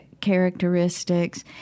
characteristics